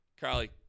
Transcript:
Carly